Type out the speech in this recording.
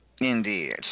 Indeed